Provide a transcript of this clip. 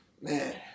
man